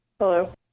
Hello